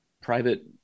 private